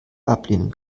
ablehnen